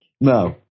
No